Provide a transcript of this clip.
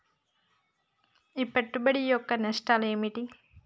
ఈ పెట్టుబడి యొక్క నష్టాలు ఏమిటి?